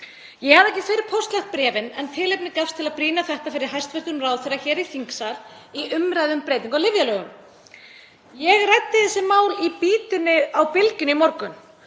Ég hafði ekki fyrr póstlagt bréfin en tilefni gafst til að brýna þetta fyrir hæstv. ráðherra hér í þingsal í umræðu um breytingu á lyfjalögum. Ég ræddi þessi mál í Bítinu á Bylgjunni í morgun.